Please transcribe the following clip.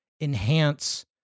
enhance